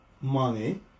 money